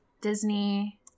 Disney